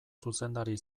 zuzendari